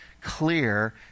clear